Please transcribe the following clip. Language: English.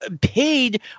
paid